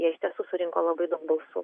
jie iš tiesų surinko labai daug balsų